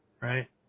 right